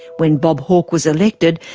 when bob hawke was elected,